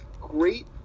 great